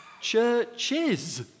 churches